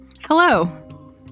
Hello